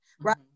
right